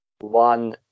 One